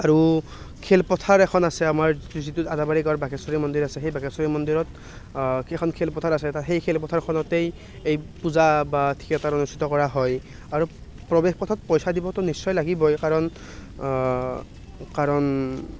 আৰু খেলপথাৰ এখন আছে আমাৰ যিটো আদাবাৰী গাঁৱৰ বাঘেশ্বৰী মন্দিৰ আছে সেই বাঘেশ্বৰী মন্দিৰত এখন খেলপথাৰ আছে সেই খেলপথাৰখনতেই এই পূজা বা থিয়েটাৰ অনুষ্ঠিত কৰা হয় আৰু প্ৰৱেশপথত পইচা দিবতো নিশ্চয় লাগিবই কাৰণ কাৰণ